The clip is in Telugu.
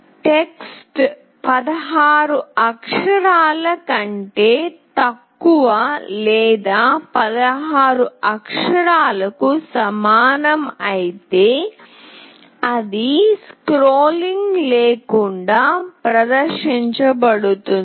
టెక్స్ట్ 16 అక్షరాల కంటే తక్కువ లేదా 16 అక్షరాలకు సమానం అయితే అది స్క్రోలింగ్ లేకుండా ప్రదర్శించబడుతుంది